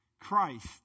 Christ